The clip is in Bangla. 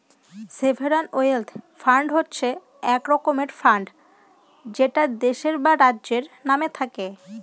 সভেরান ওয়েলথ ফান্ড হচ্ছে এক রকমের ফান্ড যেটা দেশের বা রাজ্যের নামে থাকে